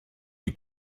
die